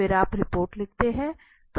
फिर आप रिपोर्ट लिखते हैं